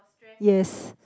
yes